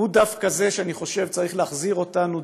אני חושב שדווקא הוא צריך להחזיר אותנו,